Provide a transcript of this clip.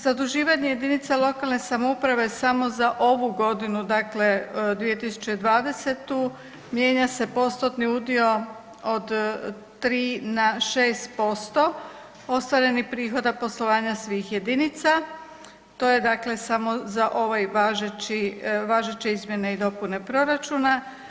Zaduživanje jedinice lokalne samouprave samo za ovu godinu 2020. mijenja se postotni udio od 3 na 6% ostvarenih prihoda poslovanja svih jedinica, to je samo za ove važeće izmjene i dopune proračuna.